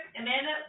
Amanda